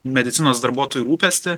medicinos darbuotojų rūpestį